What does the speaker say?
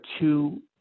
two